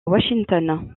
washington